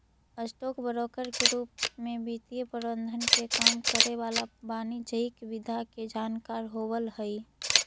stock broker के रूप में वित्तीय प्रबंधन के काम करे वाला वाणिज्यिक विधा के जानकार होवऽ हइ